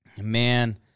Man